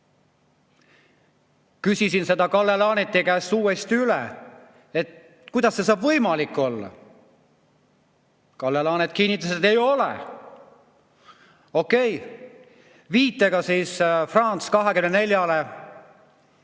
Küsisin seda Kalle Laaneti käest uuesti üle, et kuidas see saab võimalik olla. Kalle Laanet kinnitas, et ei ole. Okei. Viitega France 24-le,